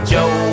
Joe